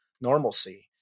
normalcy